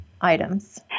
items